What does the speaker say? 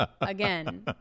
again